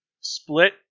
Split